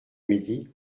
midi